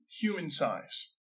human-size